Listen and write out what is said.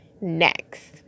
next